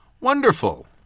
Wonderful